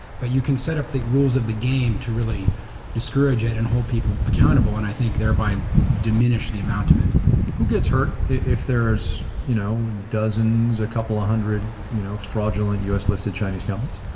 but you can set up the rules of the game to really discourage it and hold people accountable and, i think, thereby diminish the amount of it who gets hurt if there's, you know, dozens, a couple of hundred, you know, fraudulent u s listed chinese companies?